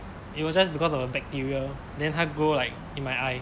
it was just because of a bacteria then 它 grow like in my eye